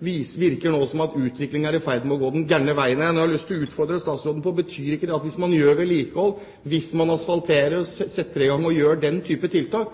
virker nå som om utviklingen er i ferd med å gå den gale veien igjen. Det jeg har lyst til å utfordre statsråden på, er: Betyr ikke det at hvis man utfører vedlikehold, hvis man asfalterer og setter i gang med den typen tiltak,